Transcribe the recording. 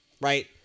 right